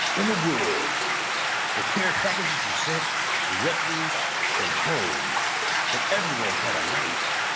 in a world where care packages were sent directly from home and everyone had a knife,